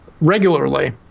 regularly